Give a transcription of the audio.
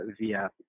via